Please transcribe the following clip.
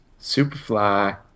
superfly